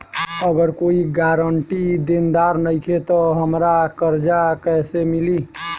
अगर कोई गारंटी देनदार नईखे त हमरा कर्जा कैसे मिली?